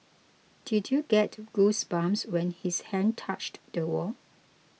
did you get goosebumps when his hand touched the wall